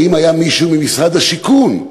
האם היה מישהו ממשרד השיכון,